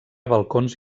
balcons